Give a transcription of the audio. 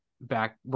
back